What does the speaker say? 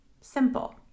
Simple